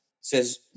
says